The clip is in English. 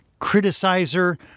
criticizer